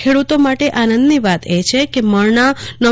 ખેડૂતો માટે આનંદની વાત છે કે મણના રૂ